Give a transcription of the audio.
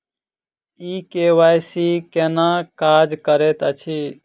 ई KYC केना काज करैत अछि?